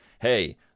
Hey